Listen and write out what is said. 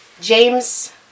James